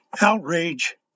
outrage